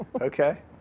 Okay